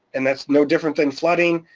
and that's no different than flooding,